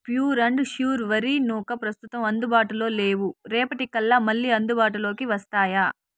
pure and sure వరి నూక ప్రస్తుతం అందుబాటులో లేవు రేపటి కల్లా మళ్ళీ అందుబాటులోకి వస్తాయా